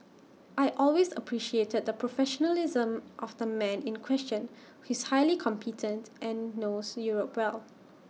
I always appreciated the professionalism of the man in question who is highly competent and knows Europe well